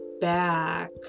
back